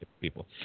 people